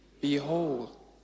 Behold